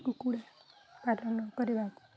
କୁକୁଡ଼ା ପାଳନ କରିବାକୁ